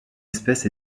espèce